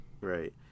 Right